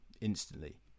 instantly